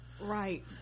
Right